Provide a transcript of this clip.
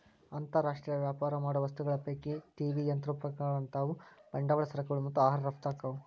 ಅಂತರ್ ರಾಷ್ಟ್ರೇಯ ವ್ಯಾಪಾರ ಮಾಡೋ ವಸ್ತುಗಳ ಪೈಕಿ ಟಿ.ವಿ ಯಂತ್ರೋಪಕರಣಗಳಂತಾವು ಬಂಡವಾಳ ಸರಕುಗಳು ಮತ್ತ ಆಹಾರ ರಫ್ತ ಆಕ್ಕಾವು